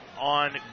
on